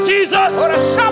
Jesus